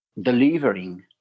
delivering